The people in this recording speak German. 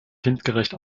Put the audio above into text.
kindgerecht